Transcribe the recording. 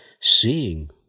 Seeing